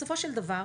בסופו של דבר,